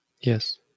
Yes